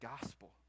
gospel